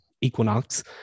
equinox